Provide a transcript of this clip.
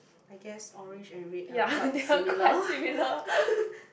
I guess orange and red are quite similar